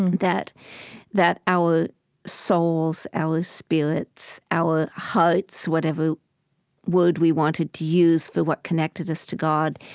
that that our souls, our spirits, our hearts, whatever word we wanted to use for what connected us to god,